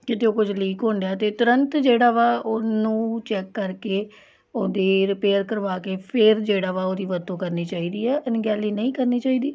ਕਿਤਿਓਂ ਕੁਝ ਲੀਕ ਹੋਣ ਡਿਆ ਤਾਂ ਤੁਰੰਤ ਜਿਹੜਾ ਵਾ ਉਹਨੂੰ ਚੈੱਕ ਕਰ ਕੇ ਉਹਦੀ ਰਿਪੇਅਰ ਕਰਵਾ ਕੇ ਫਿਰ ਜਿਹੜਾ ਵਾ ਉਹਦੀ ਵਰਤੋਂ ਕਰਨੀ ਚਾਹੀਦੀ ਹੈ ਅਣਗਹਿਲੀ ਨਹੀਂ ਕਰਨੀ ਚਾਹੀਦੀ